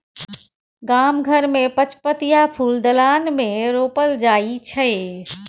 गाम घर मे पचपतिया फुल दलान मे रोपल जाइ छै